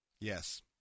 yes